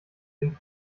den